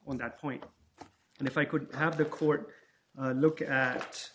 on that point and if i could have the court look at